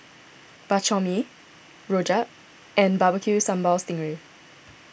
Bak Chor Mee Rojak and Barbecue Sambal Sting Ray